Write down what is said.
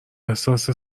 احساس